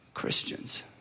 Christians